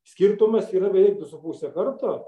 skirtumas yra beveik du su puse karto